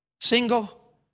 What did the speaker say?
single